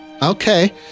Okay